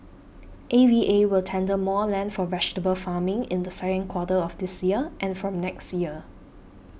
A V A will tender more land for vegetable farming in the second quarter of this year and from next year